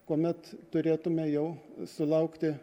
kuomet turėtume jau sulaukti